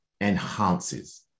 enhances